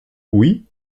oui